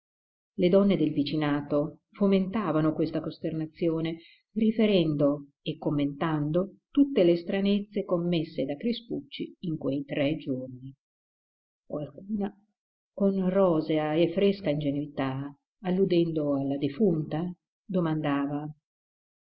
le donne del vicinato fomentavano questa costernazione riferendo e commentando tutte le stranezze commesse da crispucci in quei tre giorni qualcuna con rosea e fresca ingenuità alludendo alla defunta domandava